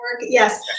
Yes